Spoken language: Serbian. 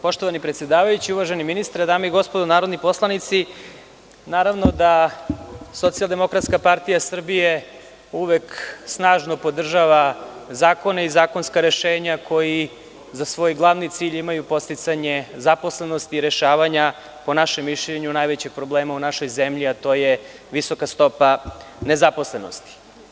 Poštovani predsedavajući, uvaženi ministre, dame i gospodo narodni poslanici, naravno da SDPS uvek snažno podržava zakone i zakonska rešenja koja za svoj glavni cilj imaju podsticanje zaposlenosti i rešavanje, po našem mišljenju, najvećih problema u našoj zemlji, a to je visoka stopa nezaposlenosti.